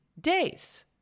days